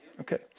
Okay